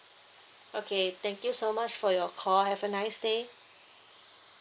okay thank you so much for your call have a nice day